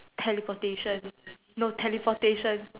teleportation no teleportation